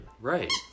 Right